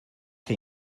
que